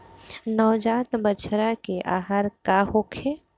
नवजात बछड़ा के आहार का होखे?